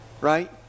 Right